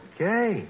Okay